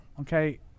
okay